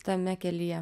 tame kelyje